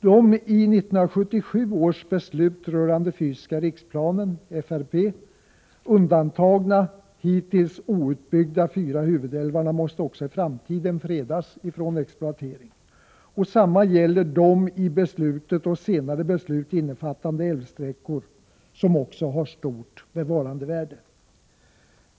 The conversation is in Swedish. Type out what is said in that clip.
De i 1977 års beslut rörande den fysiska riksplanen undantagna, hittills outbyggda, fyra huvudälvarna måste också i framtiden fredas från exploatering. Detsamma gäller de i det beslutet och i senare beslut innefattade älvsträckor som också harstort bevarandevärde.